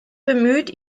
bemüht